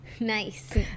nice